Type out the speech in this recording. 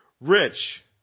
Rich